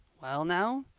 well now,